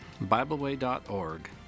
BibleWay.org